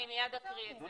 אני מיד אקריא את זה.